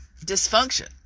dysfunction